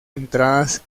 entradas